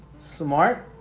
smart